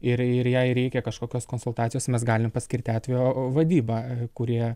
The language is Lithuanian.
ir ir jai reikia kažkokios konsultacijos mes galim paskirti atvejo vadybą kurie